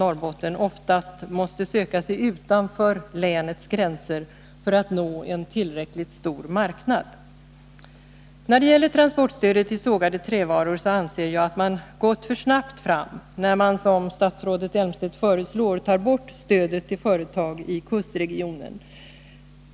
Norrbotten oftast måste söka sig utanför länets gränser för att nå en tillräckligt stor marknad. När det gäller transportstödet till sågade trävaror anser jag att man gått för snabbt fram när man, som statsrådet Elmstedt föreslår, tar bort stödet till företag i kustregionen.